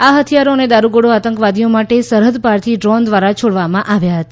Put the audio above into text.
આ હથિયારો અને દારૂગોળી આતંકવાદીઓ માટે સરહદ પારથી ડ્રોન દ્વારા છોડવામાં આવ્યા હતા